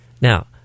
Now